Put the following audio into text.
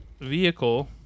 vehicle